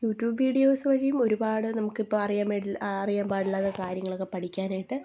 YouTube videos വഴീം ഒരുപാട് നമുക്കിപ്പം അറിയാൻ വേണ്ടി അറിയാൻ പാടില്ലാത്ത കാര്യങ്ങളക്കെ പഠിക്കാനായിട്ട്